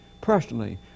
Personally